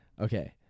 okay